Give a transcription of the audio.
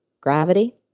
gravity